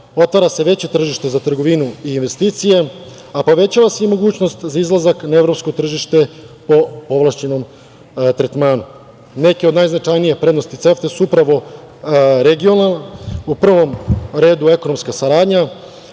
otvara se veće tržište za trgovinu i investicije, a povećava se i mogućnost za izlazak na evropsko tržište po povlašćenom tretmanu. Neke od najznačajnijih prednosti CEFTE su upravo u prvom redu ekonomska saradnja,